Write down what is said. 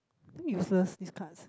useless this cards